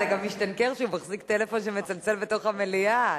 אתה גם משטנקר שהוא מחזיק טלפון שמצלצל בתוך המליאה.